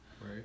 Right